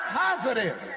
positive